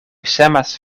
semas